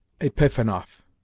epifanov